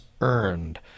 earned